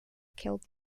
killed